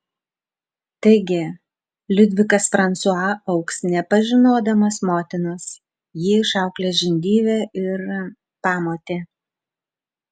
taigi liudvikas fransua augs nepažinodamas motinos jį išauklės žindyvė ir pamotė